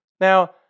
Now